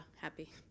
happy